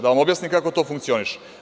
Da vam objasnim kako to funkcioniše.